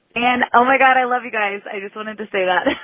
and oh, my god, i love you guys. i just wanted to say that